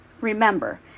Remember